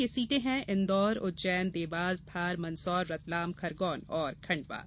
यह सीटें इंदौर उज्जैन देवास धार मंदसौर रतलाम खरगौन और खण्डवा हैं